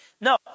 No